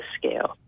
scale